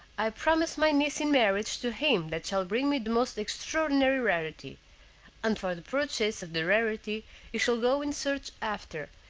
i promise my niece in marriage to him that shall bring me the most extraordinary rarity and for the purchase of the rarity you shall go in search after,